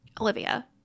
Olivia